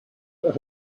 that